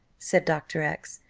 said dr. x,